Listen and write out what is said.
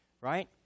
right